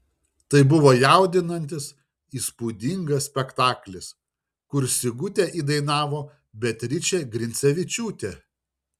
tai buvo jaudinantis įspūdingas spektaklis kur sigutę įdainavo beatričė grincevičiūtė